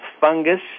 fungus